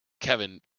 Kevin